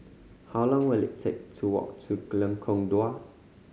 how long will it take to walk to Lengkong Dua